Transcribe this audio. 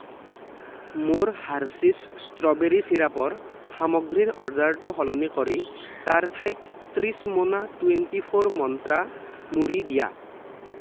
মোৰ Hershey's strawberry চিৰাপৰ সামগ্ৰীৰ অৰ্ডাৰটো সলনি কৰি তাৰ ঠাইত ত্ৰিছ মোনা twenty four Mantra twenty four Mantra মুড়ি দিয়া